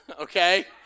okay